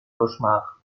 cauchemar